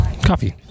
coffee